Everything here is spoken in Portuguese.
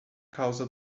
causa